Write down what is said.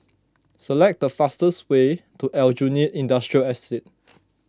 select the fastest way to Aljunied Industrial Estate